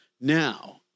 Now